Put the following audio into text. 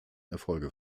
erfolge